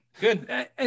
good